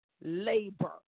labor